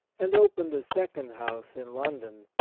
and opened a second house in london,